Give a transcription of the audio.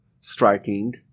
striking